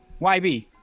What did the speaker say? YB